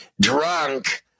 drunk